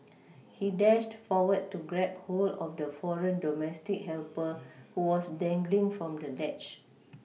he dashed forward to grab hold of the foreign domestic helper who was dangling from the ledge